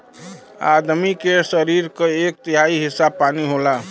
आदमी के सरीर क एक तिहाई हिस्सा पानी होला